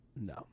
No